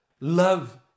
Love